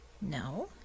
No